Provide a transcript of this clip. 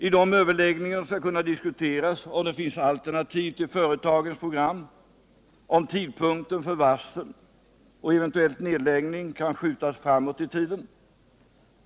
I de överläggningarna skall kunna diskuteras om det finns alternativ till företagens program, om tidpunkten för varsel och eventuell nedläggning kan skjutas framåt i tiden.